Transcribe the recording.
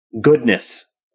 goodness